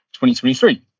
2023